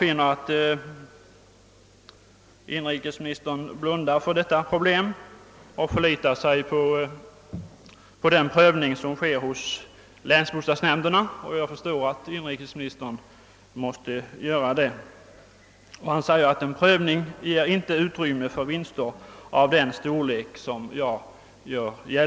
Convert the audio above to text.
Inrikesministern blundar för det här problemet och förlitar sig på den prövning som äger rum hos länsbostadsnämnderna, och jag förstår att inrikesministern måste göra detta. Han säger att en prövning inte ger utrymme för vinster av den storleksordning jag talat om.